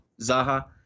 Zaha